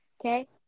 okay